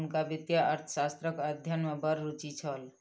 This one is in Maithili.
हुनका वित्तीय अर्थशास्त्रक अध्ययन में बड़ रूचि छल